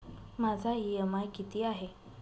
माझा इ.एम.आय किती आहे?